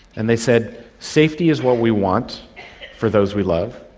and they said, safety is what we want for those we love,